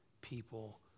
people